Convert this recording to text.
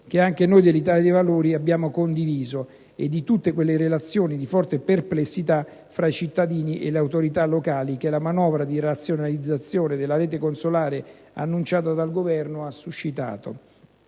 che anche noi dell'Italia dei Valori abbiamo condiviso, e tutte quelle reazioni di forte perplessità fra i cittadini e le autorità locali che la manovra di razionalizzazione della rete consolare annunciata dal Governo ha suscitato.